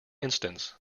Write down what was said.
instance